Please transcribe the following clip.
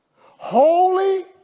Holy